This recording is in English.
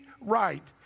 right